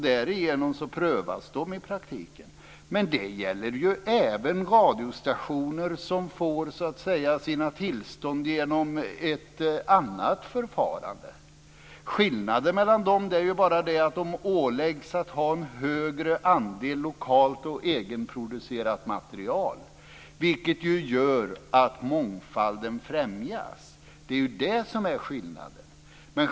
Därigenom prövas de i praktiken. Men det gäller även radiostationer som får sina tillstånd via ett annat förfarande. Skillnaden är ju bara att de åläggs att ha en högre andel lokalt och egenproducerat material, vilket gör att mångfalden främjas. Det är det som är skillnaden.